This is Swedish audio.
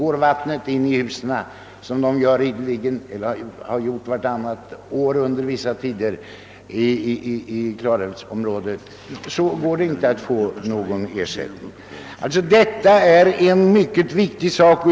När vårvattnet rinner in i husen, något som hänt vartannat år under vissa tider i klarälvsområdet, blir skadorna ekonomiskt kännbara. Detta är en mycket viktig sak.